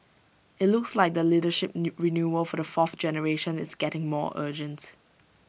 IT looks like the leadership new renewal for the fourth generation is getting more urgent